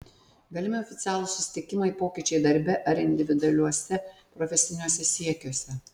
galimi oficialūs susitikimai pokyčiai darbe ar individualiuose profesiniuose siekiuose